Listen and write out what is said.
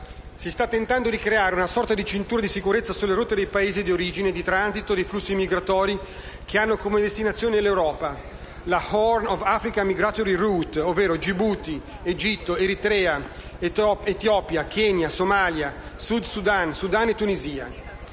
Si sta tentando di creare una sorta di cintura di sicurezza sulle rotte dei Paesi di origine e di transito dei flussi migratori che hanno come destinazione l'Europa: la Horn of Africa migration route, ovvero Djibouti, Egitto, Eritrea, Etiopia, Kenya, Somalia, Sud Sudan, Sudan e Tunisia.